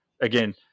Again